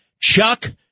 Chuck